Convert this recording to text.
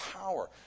power